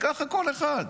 וככה כל אחד.